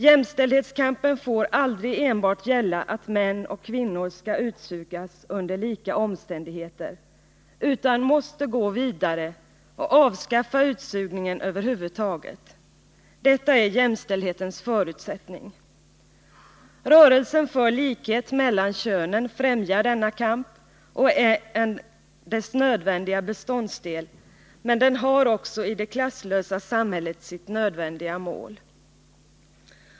Jämställdhetskampen får aldrig enbart gälla att män och kvinnor skall utsugas under lika omständigheter utan måste gå vidare och avskaffa utsugningen över huvud taget. Detta är jämställdhetens förutsättning. Rörelsen för likhet mellan könen främjar denna kamp och är en dess nödvändiga beståndsdel, men den har också i det klasslösa samhället sitt nödvändiga mål.